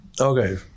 Okay